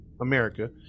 america